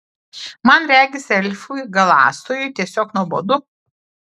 man regis elfui galąstojui tiesiog nuobodu